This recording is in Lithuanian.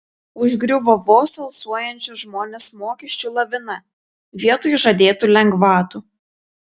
užgriuvo vos alsuojančius žmones mokesčių lavina vietoj žadėtų lengvatų